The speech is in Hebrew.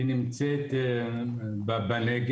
היא נמצאת בנגב,